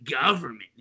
government